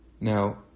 Now